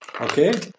Okay